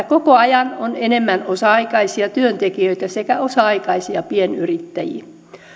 koko ajan on enemmän osa aikaisia työntekijöitä sekä osa aikaisia pienyrittäjiä